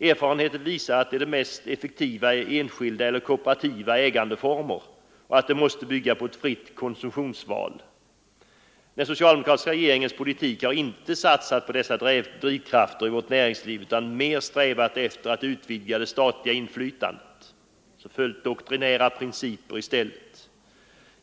Erfarenheten visar att enskilda eller kooperativa ägandeformer är de mest effektiva. Näringslivet måste bygga på ett fritt konsumtionsval. Den socialdemokratiska regeringspolitiken har inte satsat på dessa drivkrafter i vårt näringsliv utan mer strävat efter att följa doktrinära principer och utvidga det statliga inflytandet.